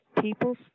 people